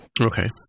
okay